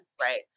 Right